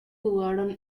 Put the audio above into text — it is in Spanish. jugaron